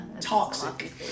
Toxic